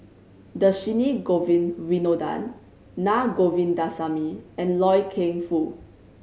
Dhershini Govin Winodan Naa Govindasamy and Loy Keng Foo